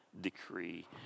decree